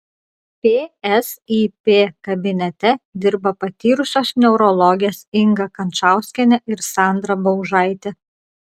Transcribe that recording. psip kabinete dirba patyrusios neurologės inga kančauskienė ir sandra baužaitė